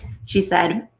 she said,